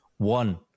One